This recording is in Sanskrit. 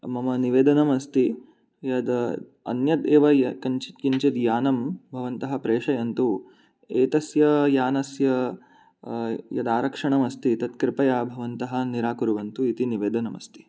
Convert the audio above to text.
मम निवेदनमस्ति यद् अन्यद् एव य कञ्चित् किञ्चित् यानम् भवन्तः प्रेषयन्तु एतस्य यानस्य यद् आरक्षणमस्ति तत् कृपया भवन्तः निराकुर्वन्तु इति निवेदनमस्ति